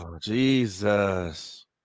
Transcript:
Jesus